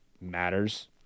matters